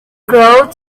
crowd